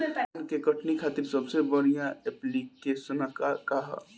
धान के कटनी खातिर सबसे बढ़िया ऐप्लिकेशनका ह?